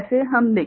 हम देखेंगे